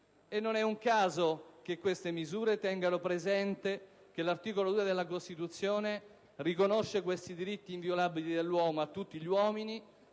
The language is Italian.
Non è un caso che le misure introdotte tengano presente che l'articolo 2 della Costituzione riconosce i diritti inviolabili dell'uomo a tutti gli uomini,